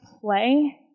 play